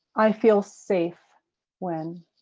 i feel safe when.